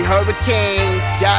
Hurricanes